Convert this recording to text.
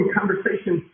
conversation